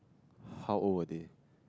how old were they